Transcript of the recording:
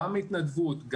גם התנדבות,